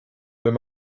wenn